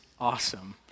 awesome